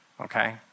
Okay